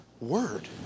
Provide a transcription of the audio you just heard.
word